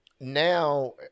now